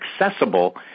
accessible